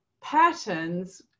patterns